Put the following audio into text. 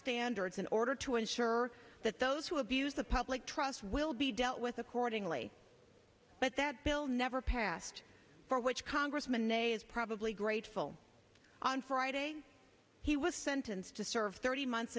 standards in order to ensure that those who abuse the public trust will be dealt with accordingly but that bill never passed for which congressman ney is probably grateful on friday he was sentenced to serve thirty months